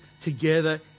together